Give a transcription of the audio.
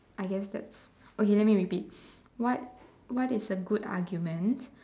I guess that's okay let me repeat what what is a good argument